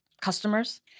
customers